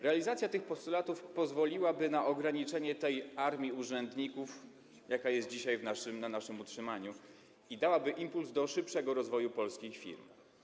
Realizacja tych postulatów pozwoliłaby na ograniczenie tej armii urzędników, jaka jest dzisiaj na naszym utrzymaniu, i dałaby impuls do szybszego rozwoju polskich firm.